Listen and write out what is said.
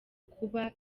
kuba